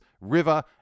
River